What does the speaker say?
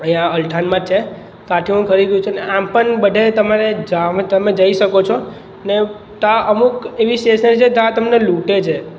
અહીંયા અલથાણમાં જ છે ત્યાંથી હું ખરીદું છું એટલે આમ પણ બધે તમારે જાવ તમે જઈ શકો છો ને ત્યાં અમુક એવી સ્ટેનરી છે ત્યાં તમને લૂંટે છે